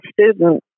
student